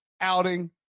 outing